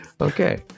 Okay